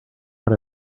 what